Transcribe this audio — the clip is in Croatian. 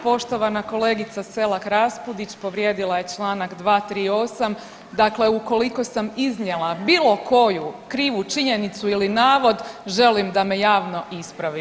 Poštovana kolegica Selak Raspudić povrijedila je čl. 238. dakle ukoliko sam iznijela bilo koju krivu činjenicu ili navod želim da me javno ispravi.